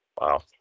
Wow